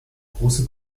große